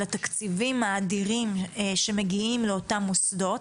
התקציבים האדרים שמגיעים לאותם מוסדות,